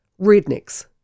Rednecks